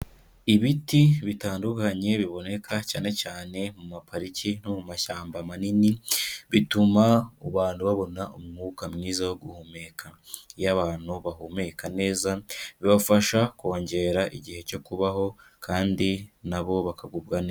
Ibiti bitandukanye biboneka cyane cyane mu mapariki no mu mashyamba manini, bituma abantu babona umwuka mwiza wo guhumeka. Iyo abantu bahumeka neza, bibafasha kongera igihe cyo kubaho kandi na bo bakagubwa neza.